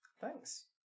Thanks